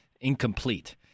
incomplete